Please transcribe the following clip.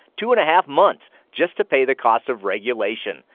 two-and-a-half months, just to pay the cost of regulation.